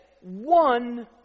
One